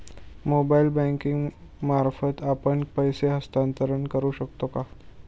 Mobile banking मार्फत आपण पैसे हस्तांतरण करू शकतो का?